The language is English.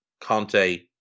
Conte